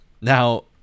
Now